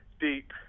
deep